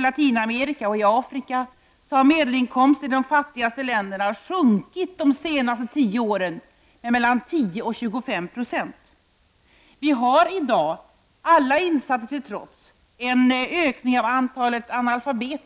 Latinamerika och Afrika har medelinkomsten i de fattigaste länderna sjunkit de senaste tio åren med mellan 10 och 25 96. Vi har i dag, alla insatser till trots, en ökning av antalet analfabeter.